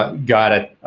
ah got it.